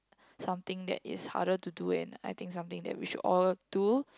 something that is harder to do and I think something that we should all do